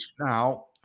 Now